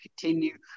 continue